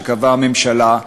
שקבעה הממשלה,